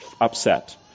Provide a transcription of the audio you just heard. upset